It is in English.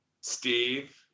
Steve